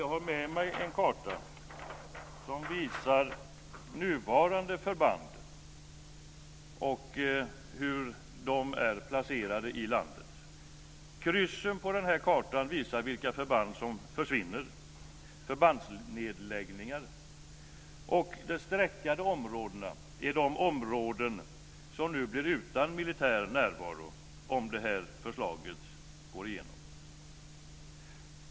Jag har med mig en karta som visar nuvarande förband och hur de är placerade i landet. Kryssen på kartan visar vilka förband som försvinner, förbandsnedläggningar. De streckade områdena är de områden som blir utan militär närvaro, om nu förslaget går igenom.